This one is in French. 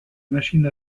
machine